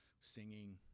singing